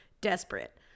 desperate